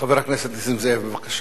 חבר הכנסת נסים זאב, בבקשה.